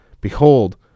Behold